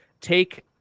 take